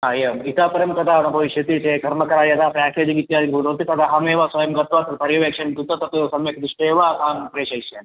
हा एवम् इतः परं तथा न भविष्यति ते कर्मकरः यदा पेकेजिङ्ग् इत्यादि करोति तदहमेव स्वयं गत्वा परिवेषं कृत्वा तत् सम्यक् दृष्ट्वा एव अहं प्रेषयिष्यामि